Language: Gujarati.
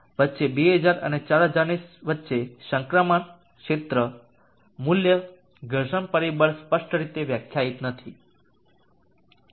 વચ્ચે 2000 અને 4000 ની વચ્ચે સંક્રમણ ક્ષેત્ર મૂલ્ય ઘર્ષણ પરિબળ સ્પષ્ટ રીતે વ્યાખ્યાયિત નથી